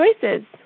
choices